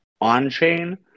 on-chain